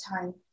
time